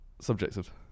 Subjective